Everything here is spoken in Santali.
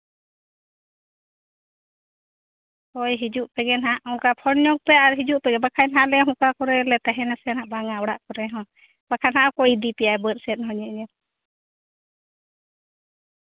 ᱦᱳᱭ ᱦᱤᱡᱩᱜ ᱯᱮᱜᱮ ᱱᱟᱜ ᱚᱱᱠᱟ ᱯᱷᱳᱱ ᱧᱚᱜᱽ ᱯᱮ ᱟᱨ ᱦᱤᱡᱩᱜ ᱯᱮ ᱵᱟᱠᱷᱟᱡ ᱟᱞᱮ ᱦᱚᱸ ᱚᱠᱟ ᱠᱚᱨᱮ ᱞᱮ ᱛᱟᱦᱮᱱᱟ ᱥᱮ ᱵᱟᱝᱟ ᱚᱲᱟᱜ ᱠᱚᱨᱮ ᱦᱚᱸ ᱵᱟᱠᱷᱟᱱ ᱦᱟᱸᱜᱸ ᱚᱠᱚᱭ ᱤᱫᱤ ᱯᱮᱭᱟᱭ ᱵᱟᱹᱫ ᱥᱮᱡ ᱦᱚᱸ ᱧᱮᱧᱮᱞ